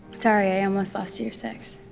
sorry i almost lost you your sixth.